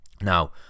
Now